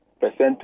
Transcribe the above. percentage